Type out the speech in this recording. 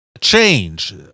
change